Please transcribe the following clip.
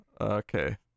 Okay